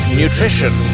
nutrition